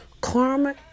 Karma